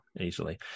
easily